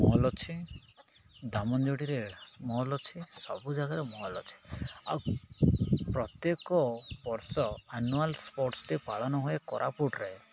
mall ଅଛି ଦାମୋଞ୍ଜଡ଼ିରେ mall ଅଛି ସବୁ ଜାଗାରେ ମଲ୍ ଅଛି ଆଉ ପ୍ରତ୍ୟେକ ବର୍ଷ ଆନୁଆଲ୍ ସ୍ପୋର୍ଟସଟି ପାଳନ ହୁଏ କୋରାପୁଟରେ